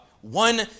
One